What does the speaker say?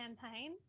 campaign